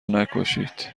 نکشید